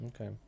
Okay